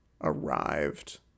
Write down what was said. arrived